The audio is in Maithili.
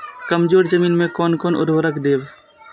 कमजोर जमीन में कोन कोन उर्वरक देब?